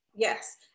Yes